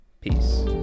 Peace